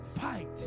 Fight